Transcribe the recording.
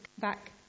back